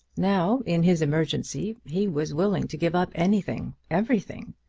now in his emergency he was willing to give up anything everything.